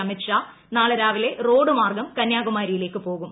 അമിത് ഷാ നാളെ രാവിലെ റോഡുമാർഗം കന്യാകുമാരിയിലേക്ക് പോകും